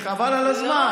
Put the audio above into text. חבל על הזמן.